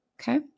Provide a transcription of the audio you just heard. okay